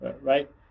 right